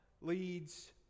leads